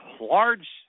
large